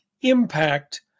impact